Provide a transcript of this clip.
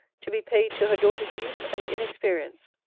to be paid to her daughter's youth and inexperience.